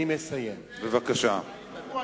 בבקשה.